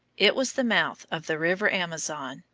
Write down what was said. it was the mouth of the river amazon,